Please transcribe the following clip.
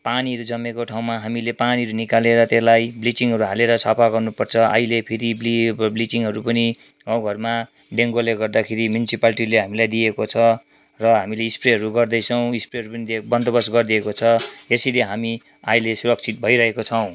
पानीहरू जमेको ठाउँमा हामीले पानीहरू निकालेर त्यसलाई ब्लिचिङहरू हालेर सफा गर्नुपर्छ अहिले फेरि ब्लिचिङहरू पनि गाउँघरमा डेङ्गूले गर्दाखेरि म्युनिसिपालिटीले हामीलाई दिएको छ र हामीले स्प्रेहरू गर्दैछौँ स्प्रेहरू पनि बन्दोबस्त गरदिएको छ यसरी हामी अहिले सुरक्षित भइरहेको छौँ